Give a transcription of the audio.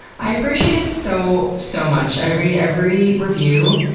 i appreciate it so, so much. i read every review,